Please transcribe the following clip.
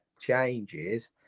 changes